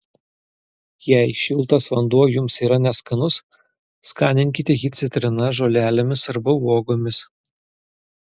jei šiltas vanduo jums yra neskanus skaninkite jį citrina žolelėmis arba uogomis